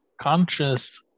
conscious